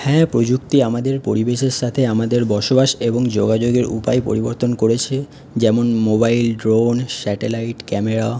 হ্যাঁ প্রযুক্তি আমাদের পরিবেশের সাথে আমাদের বস বাস এবং যোগাযোগের উপায় পরিবর্তন করেছে যেমন মোবাইল ড্রোন স্যাটেলাইট ক্যামেরা